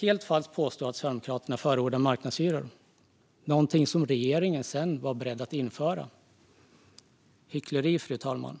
helt falskt att Sverigedemokraterna förordar marknadshyror. Det är något som regeringen sedan var beredd att införa. Hyckleri, fru talman!